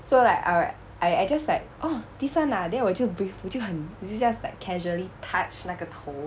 so like I I just like this orh this one ah then 我就 breathe 我就很 just like casually touch 那个头